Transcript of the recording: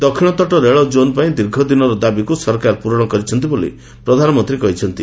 ଦକ୍ଷିଣତଟ ରେଳ ଜୋନ୍ ପାଇଁ ଦୀର୍ଘଦିନର ଦାବିକୁ ସରକାର ପୂରଣ କରିଛନ୍ତି ବୋଲି ପ୍ରଧାନମନ୍ତ୍ରୀ କହିଛନ୍ତି